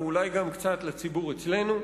ואולי גם קצת לציבור אצלנו.